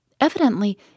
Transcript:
Evidently